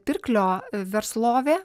pirklio verslovė